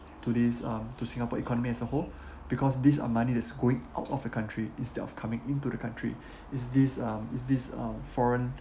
today's um to singapore economy as a whole because these are money that's going out of the country instead of coming into the country is this um is this um foreign